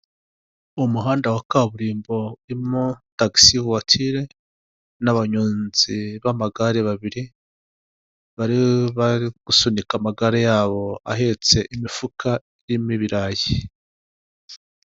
Umuhanda wa kaburimbo urimo tagisi vuwatire n'abanyonzi b'amagare babiri, bari gusunika amagare yabo ahetse imifuka irimo ibirayi.